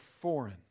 foreign